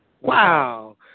Wow